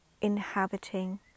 inhabiting